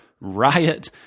Riot